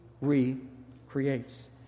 recreates